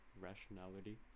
rationality